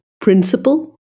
principle